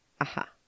Aha